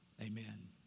amen